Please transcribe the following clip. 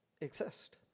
exist